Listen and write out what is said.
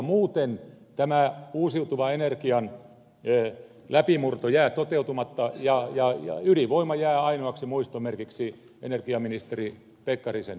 muuten tämä uusiutuvan energian läpimurto jää toteutumatta ja ydinvoima jää ainoaksi muistomerkiksi energiaministeri pekkarisen